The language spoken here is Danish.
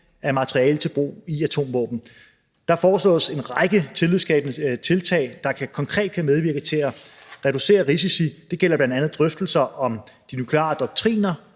af materiale til brug i atomvåben. Der foreslås en række tillidsskabende tiltag, der konkret kan medvirke til at reducere risici. Det gælder bl.a. drøftelser om de nukleare doktriner